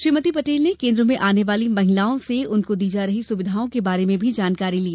श्रीमती पटेल ने केन्द्र में आने वाली महिलाओं से उनको दी जा रही सुविधाओं के बारे में भी जानकारी ली